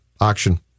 auction